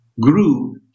grew